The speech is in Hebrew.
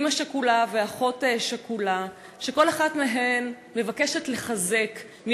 אימא שכולה ואחות שכולה, שכל אחת מהן מבקשת לחזק.